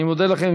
אני מודה לכם.